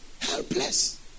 helpless